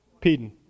Peden